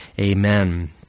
Amen